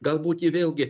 galbūt ji vėlgi